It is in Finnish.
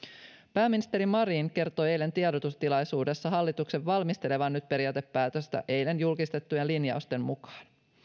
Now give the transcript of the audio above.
pääministeri marin kertoi eilen tiedotustilaisuudessa hallituksen valmistelevan nyt periaatepäätöstä eilen julkistettujen linjausten mukaan